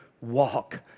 walk